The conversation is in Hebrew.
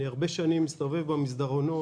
אני הרבה שנים מסתובב במסדרונות,